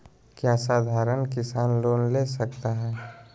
क्या साधरण किसान लोन ले सकता है?